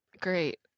great